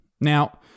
Now